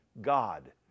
God